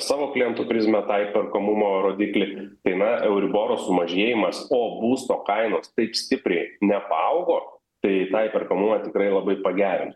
savo klientų prizmę tą įperkamumo rodiklį tai na euriboro sumažėjimas o būsto kainos taip stipriai nepaaugo tai tą įperkamumą tikrai labai pagerina